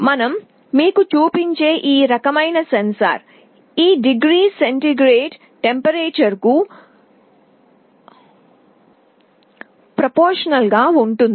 మనం మీకు చూపించే ఈ రకమైన సెన్సార్ ఇది డిగ్రీ సెంటీగ్రేడ్ ఉష్ణోగ్రతకు అనులోమానుపాతంలో ఉంటుంది